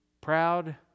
proud